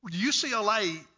UCLA